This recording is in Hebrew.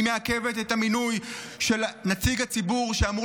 היא מעכבת את המינוי של נציג הציבור שאמור